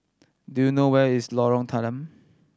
do you know where is Lorong Tanggam